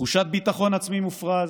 תחושת ביטחון עצמי מופרז,